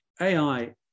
AI